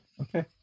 okay